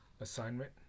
assignment